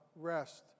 rest